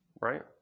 Right